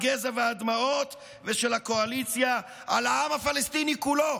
הגזע והדמעות ושל הקואליציה על העם הפלסטיני כולו,